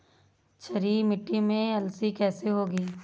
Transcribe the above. क्षारीय मिट्टी में अलसी कैसे होगी?